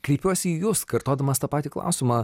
kreipiuosi į jus kartodamas tą patį klausimą